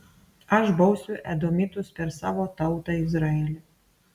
aš bausiu edomitus per savo tautą izraelį